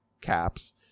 caps